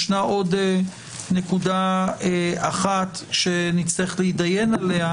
יש עוד נקודה אחת שנצטרך להתדיין עליה